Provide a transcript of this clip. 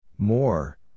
More